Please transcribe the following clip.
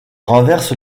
renverse